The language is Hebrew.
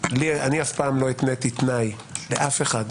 אני אף פעם לא התניתי תנאי לאף אחד,